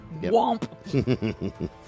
womp